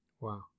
wow